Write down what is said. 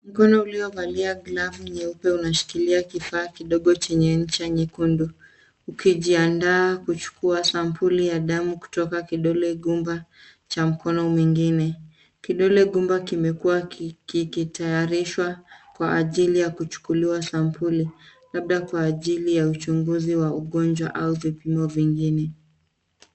Mkono uliovalia glavu nyeupe unashikilia kifaa kidogo chenye ncha nyekundu ukijiandaa kuchukua sampuli ya damu kutoka kidole gumba cha mkono mwingine. Kidole gumba kimekuwa kikitayarishwa kwa ajili ya kuchukuliwa sampuli labda kwa ajili ya uchunguzi wa ugonjwa au vipimo vingine.